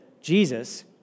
Jesus